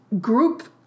group